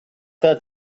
that